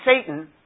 Satan